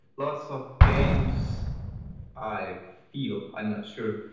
lots of games i feel i'm not sure,